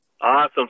Awesome